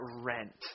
rent